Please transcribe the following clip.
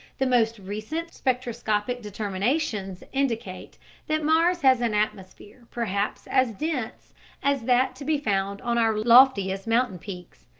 the most recent spectroscopic determinations indicate that mars has an atmosphere perhaps as dense as that to be found on our loftiest mountain peaks,